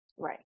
Right